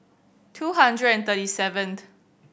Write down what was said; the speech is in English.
two hundred and thirty seventh